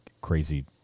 crazy